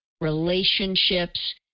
relationships